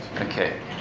Okay